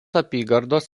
apygardos